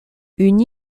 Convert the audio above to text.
une